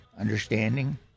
understanding